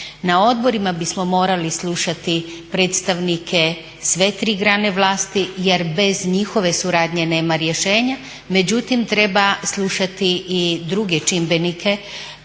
Na odborima bismo morali slušati predstavnike sve tri grane vlasti jer bez njihove suradnje nema rješenja. Međutim, treba slušati i druge čimbenike,